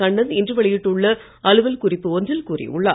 கண்ணன் இன்று வெளியிட்டுள்ள அலுவல் குறிப்பு ஒன்றில் கூறியுள்ளார்